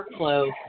workflow